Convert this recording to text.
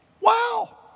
Wow